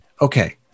Okay